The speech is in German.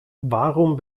warum